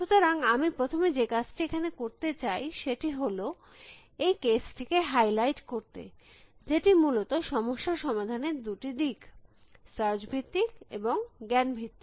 সুতরাং আমি প্রথম যে কাজটি এখানে করতে চাই সেটি হল এই কেস টিকে হাইলাইট করতে যেটি মূলত সমস্যা সমাধানের দুটি দিক সার্চ ভিত্তিক এবং জ্ঞান ভিত্তিক